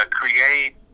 create